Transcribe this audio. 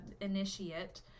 initiate